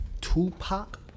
Tupac